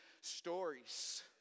stories